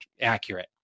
accurate